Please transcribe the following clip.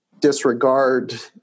disregard